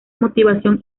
motivación